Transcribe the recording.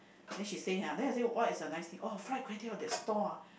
then she say ah then what is the nice thing oh fried kway-teow that stall ah